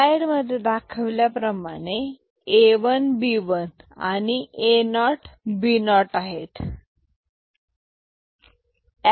slide मध्ये दाखविल्याप्रमाणे A 1 B 1 आणि A 0 B 0 आहेत